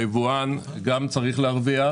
היבואן גם צריך להרוויח